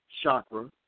chakra